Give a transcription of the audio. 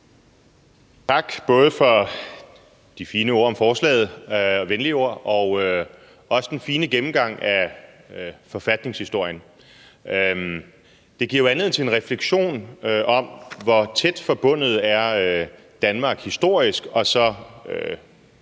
Tak, både for de fine og venlige ord om forslaget og også for den fine gennemgang af forfatningshistorien. Det giver jo anledning til en refleksion om, hvor tæt forbundet Danmark og